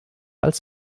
als